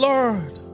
Lord